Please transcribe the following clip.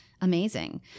amazing